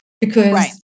because-